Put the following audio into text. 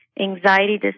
Anxiety